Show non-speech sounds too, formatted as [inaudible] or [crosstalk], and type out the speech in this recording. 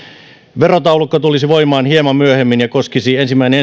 verotaulukko tulisi voimaan hieman myöhemmin ja koskisi veropäiviä ensimmäinen [unintelligible]